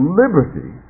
liberty